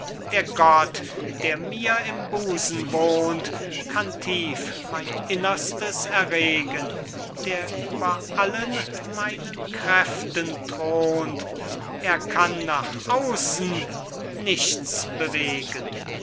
der gott der mir im busen wohnt kann tief mein innerstes erregen der über allen meinen kräften thront er kann nach außen nichts bewegen